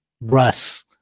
Russ